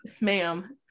ma'am